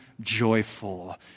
joyful